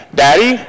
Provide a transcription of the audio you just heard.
daddy